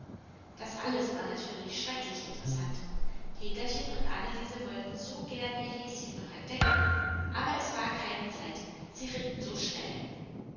das alles war natürlich schrecklich interessant peterchen und anneliese wollten so gern ihr häschen noch entdecken aber es war keine zeit sie ritten zu schnell